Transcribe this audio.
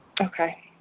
Okay